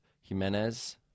Jimenez